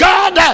God